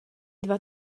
dva